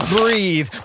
breathe